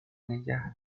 نگه